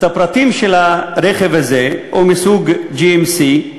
הפרטים של הרכב הזה: הוא מסוג GMC ,